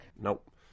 Nope